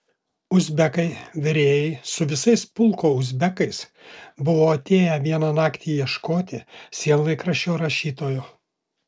uzbekai virėjai su visais pulko uzbekais buvo atėję vieną naktį ieškoti sienlaikraščio rašytojo